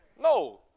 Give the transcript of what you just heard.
No